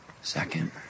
Second